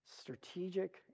strategic